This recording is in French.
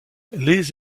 les